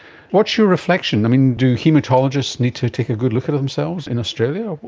what's your reflection? do haematologists need to take a good look at themselves in australia?